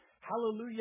Hallelujah